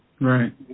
Right